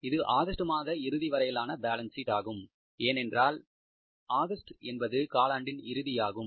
இது ஆகஸ்ட் மாத இறுதி வரையான பேலன்ஸ் ஷீட் ஆகும் ஏனென்றால் ஆகஸ்ட் என்பது கால் ஆண்டின் இறுதி யாகும்